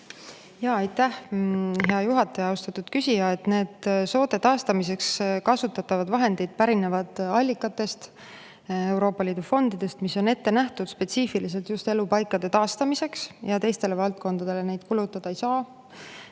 Aitäh! Hea juhataja! Austatud küsija! Soode taastamiseks kasutatavad vahendid pärinevad allikatest, Euroopa Liidu fondidest, mis on ette nähtud spetsiifiliselt just elupaikade taastamiseks, ja teistele valdkondadele neid kulutada ei saa.